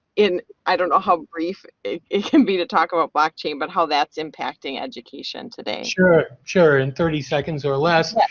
in i don't know how brief it it can be to talk about block chain. but, how that impacting education today? sure, sure in thirty seconds or less yeah